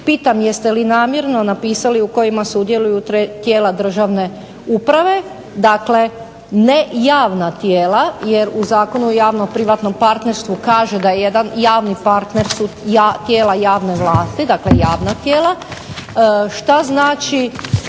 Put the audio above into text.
Pitam jeste li namjerno napisali u kojima sudjeluju tijela državne uprave? Dakle, ne javna tijela jer u Zakonu o javno privatnom partnerstvu kaže da jedan javni partner su tijela javne vlasti, dakle javna tijela. Što znači,